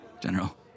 General